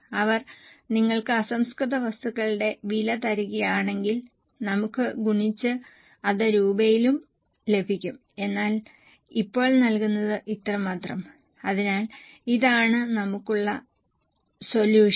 അവർ നിങ്ങൾക്ക് അസംസ്കൃത വസ്തുക്കളുടെ വില തരുകയാണെങ്കിൽ നമുക്ക് ഗുണിച്ച് അത് രൂപായിലും ലഭിക്കും എന്നാൽ ഇപ്പോൾ നൽകുന്നത് ഇത്രമാത്രം അതിനാൽ ഇതാണ് നമുക്കുള്ള സൊല്യൂഷൻ